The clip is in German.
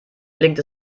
gelingt